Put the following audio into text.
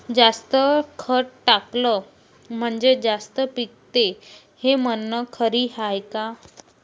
जास्त खत टाकलं म्हनजे जास्त पिकते हे म्हन खरी हाये का?